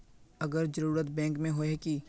अगर जरूरत बैंक में होय है की?